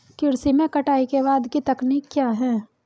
कृषि में कटाई के बाद की तकनीक क्या है?